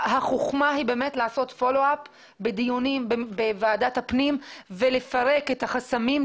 החוכמה היא לעשות פולו-אפ בדיונים בוועדת הפנים ולפרק את החסמים,